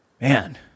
Man